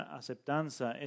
aceptanza